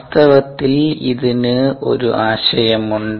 വാസ്തവത്തിൽ ഇതിന് ഒരു ആശയമുണ്ട്